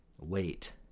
wait